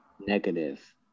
negative